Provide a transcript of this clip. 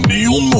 Neil